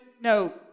no